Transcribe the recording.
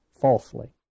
falsely